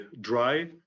dry